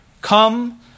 Come